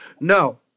No